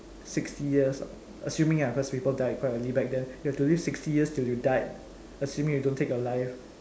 sixty years assuming lah because people die quite early back then you'll have to live sixty years till you die assuming you don't take your life